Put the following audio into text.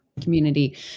community